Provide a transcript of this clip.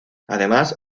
además